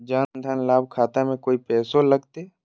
जन धन लाभ खाता में कोइ पैसों लगते?